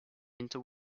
into